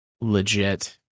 legit